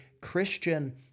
Christian